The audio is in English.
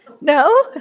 No